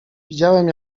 widziałem